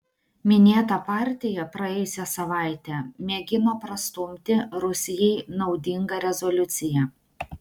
minėta partija praėjusią savaitę mėgino prastumti rusijai naudingą rezoliuciją